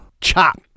chop